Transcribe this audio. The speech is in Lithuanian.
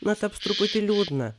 na taps truputį liūdna